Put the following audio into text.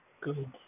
Good